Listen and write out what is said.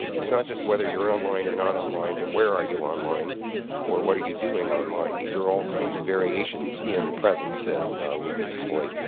it's not just whether you're online or not online, but where are you online or what are you doing online. these are all kinds of variations in presence that we can exploit.